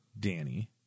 Danny